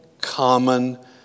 common